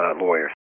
lawyers